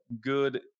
good